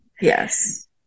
Yes